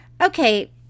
Okay